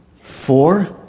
Four